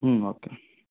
okay